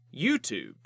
YouTube